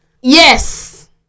Yes